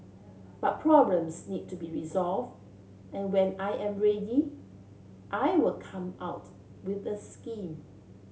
but problems need to be resolve and when I am ready I will come out with the scheme